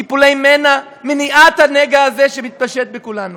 טיפולי מנע, מניעת הנגע הזה, שמתפשט בכולנו.